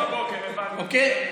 אה, 05:00, בבוקר, הבנתי.